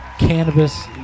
Cannabis